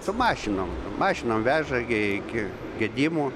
su mašinom mašinom veža gi iki gedimų